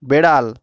বিড়াল